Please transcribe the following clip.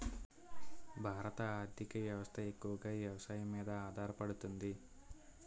భారత ఆర్థిక వ్యవస్థ ఎక్కువగా వ్యవసాయం మీద ఆధారపడుతుంది